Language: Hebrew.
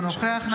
נוכח מיקי לוי,